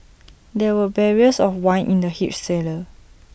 there were barrels of wine in the huge cellar